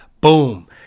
Boom